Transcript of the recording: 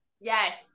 Yes